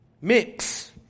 mix